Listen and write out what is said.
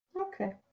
Okay